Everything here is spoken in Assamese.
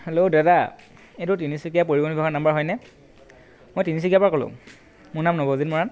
হেল্ল' দাদা এইটো তিনিচুকীয়া পৰিবহণ নিগমৰ নাম্বাৰ হয়নে মই তিনিচুকীয়াৰ পৰা ক'লোঁ মোৰ নাম নৱজিত মৰাণ